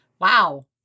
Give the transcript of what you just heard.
Wow